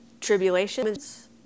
Tribulations